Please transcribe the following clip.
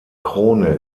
krone